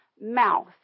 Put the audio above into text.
mouth